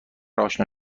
آشنا